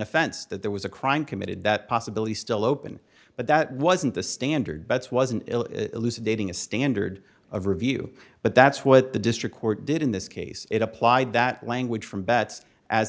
offense that there was a crime committed that possibility still open but that wasn't the standard bets wasn't elucidating a standard of review but that's what the district court did in this case it applied that language from bets as a